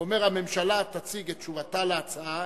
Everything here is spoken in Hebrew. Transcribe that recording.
ואומר: הממשלה תגיש את תשובתה להצעה,